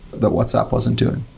that whatsapp wasn't doing.